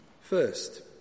First